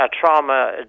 trauma